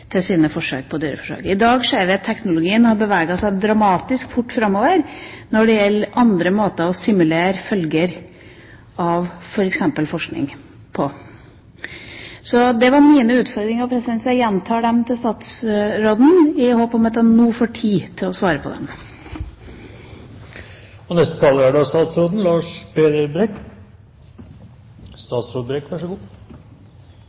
til, sine dyreforsøk. I dag ser vi at teknologien har beveget seg dramatisk fort framover når det gjelder andre måter å simulere følger av forskning på. Så det var mine utfordringer. Jeg gjentar disse for statsråden i håp om at han nå får tid til å svare på dem. Jeg skal da